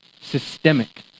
systemic